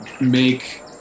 make